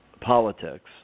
politics